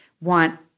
want